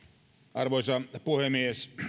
arvoisa puhemies